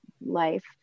life